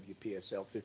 WPSL